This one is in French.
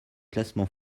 classement